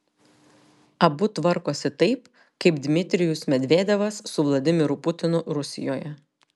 abu tvarkosi taip kaip dmitrijus medvedevas su vladimiru putinu rusijoje